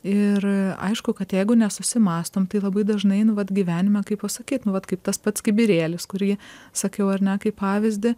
ir aišku kad jeigu nesusimąstom tai labai dažnai nu vat gyvenime kaip pasakyt nu vat kaip tas pats kibirėlis kurį sakiau ar ne kaip pavyzdį